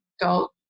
adult